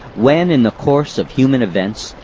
when in the course of human events,